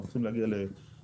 אנחנו צריכים להגיע ל-20,000?